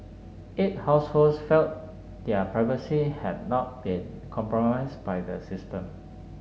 eight households felt their privacy had not been compromised by the system